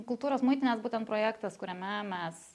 kultūros muitinės būtent projektas kuriame mes